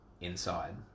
inside